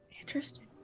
Interesting